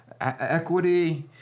equity